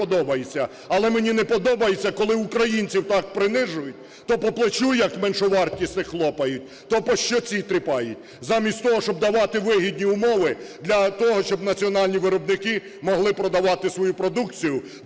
Але мені не подобається, коли українців так принижують, то по плечу як меншовартісних хлопають, то по щоці тріпають, замість того, щоб давати вигідні умови для того, щоб національні виробники могли продавати свою продукцію,